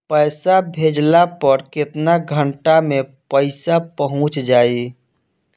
पैसा भेजला पर केतना घंटा मे पैसा चहुंप जाई?